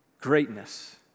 greatness